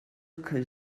que